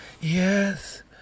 Yes